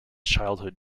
childhood